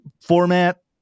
format